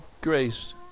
grace